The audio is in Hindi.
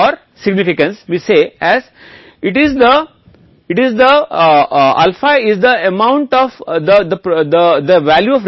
इसका मतलब है कि 5 गलती हो सकती है संभवतः उतना ही अच्छा है जितना कि आप समझ सकते हैं